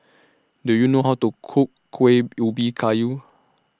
Do YOU know How to Cook Kueh Ubi Kayu